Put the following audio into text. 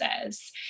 says